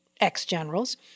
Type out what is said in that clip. ex-generals